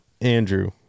Andrew